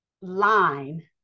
line